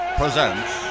presents